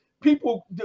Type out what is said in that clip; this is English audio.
People